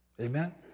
Amen